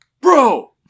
bro